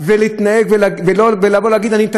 ולבוא להגיד: אני תמיד רוצה לעזור,